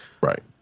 right